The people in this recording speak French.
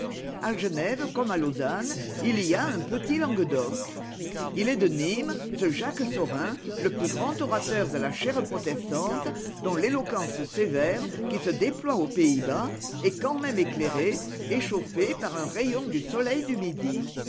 a genève comme à lausanne il y a un petit languedoc il est de nîmes ce jacques saurin le plus grand orateur de la chaire protestante dont l'éloquence sévère qui se déploie aux pays-bas est quand même éclairée échauffée par un rayon du soleil du midi